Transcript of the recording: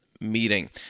meeting